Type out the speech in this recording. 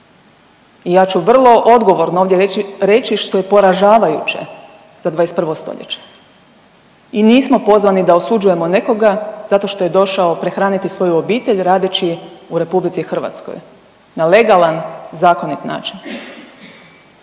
I ja ću vrlo odgovorno ovdje reći što je poražavajuće za 21. stoljeće i nismo pozvani da osuđujemo nekoga zato što je došao prehraniti svoju obitelj radeći u RH na legalan, zakonit način.